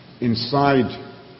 inside